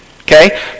Okay